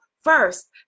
first